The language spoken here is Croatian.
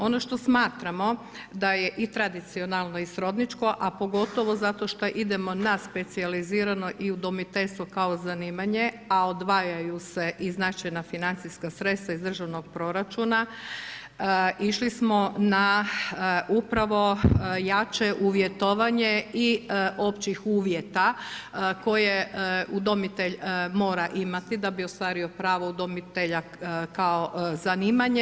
Ono što smatramo da je i tradicionalno i srodničko, a pogotovo zato što idemo na specijalizirano i udomiteljstvo kao zanimanje, a odvajaju se i značajna financijska sredstva iz državnog proračuna, išli smo na upravo jače uvjetovanje i općih uvjeta koje udomitelj mora imati da bi ostvario pravo udomitelja kao zanimanje.